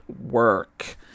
work